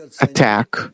attack